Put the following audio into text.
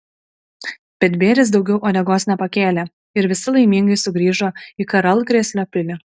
bet bėris daugiau uodegos nepakėlė ir visi laimingai sugrįžo į karalkrėslio pilį